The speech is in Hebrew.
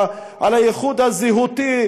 על הייחוד של הזהות,